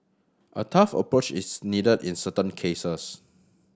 a tough approach is needed in certain cases